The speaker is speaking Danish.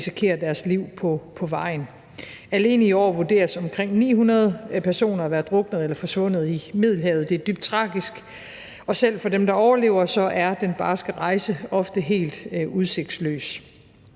risikerer deres liv på vejen. Alene i år vurderes omkring 900 personer at være druknet eller forsvundet i Middelhavet. Det er dybt tragisk. Og selv for dem, der overlever, er den barske rejse ofte helt udsigtsløs,